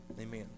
Amen